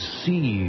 see